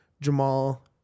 Jamal